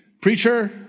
Preacher